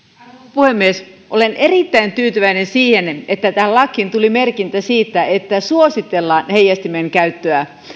puhemies olen erittäin tyytyväinen siihen että tähän lakiin tuli merkintä siitä että suositellaan heijastimen käyttöä